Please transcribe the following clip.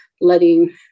letting